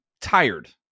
tired